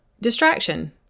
distraction